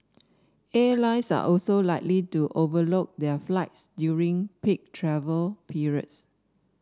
airlines are also likely to overbook their flights during peak travel periods